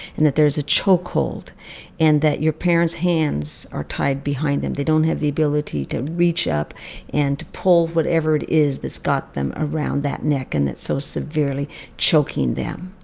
and that there is a chokehold and that your parents' hands are tied behind them. they don't have the ability to reach up and pull whatever it is that's got them around that neck and that's so severely choking them.